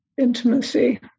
intimacy